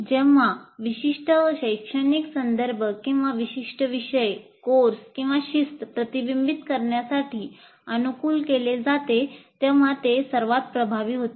जेव्हा विशिष्ट शैक्षणिक संदर्भ किंवा विशिष्ट विषय कोर्स किंवा शिस्त प्रतिबिंबित करण्यासाठी अनुकूल केले जाते तेव्हा ते सर्वात प्रभावी होते